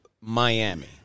Miami